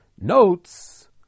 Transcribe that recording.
notes